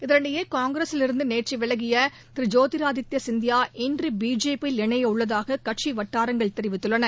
இதனிடையே காங்கிரஸிலிருந்து நேற்று விலகிய திரு ஜோதிர் ஆதித்ய சிந்தியா இன்று பிஜேபி யில் இணைய உள்ளதாக கட்சி வட்டாரங்கள் தெரிவித்துள்ளன